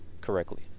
correctly